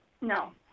no